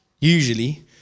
usually